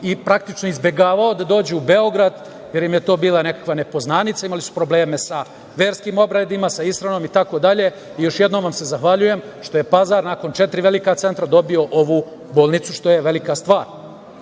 i praktično izbegavao da dođe u Beograd, jer im je to bila nekakva nepoznanica. Imali su probleme sa verskim obredima, sa ishranom, itd. Još jednom vam se zahvaljujem što je Pazar nakon četiri velika centra dobio ovu bolnicu, što je velika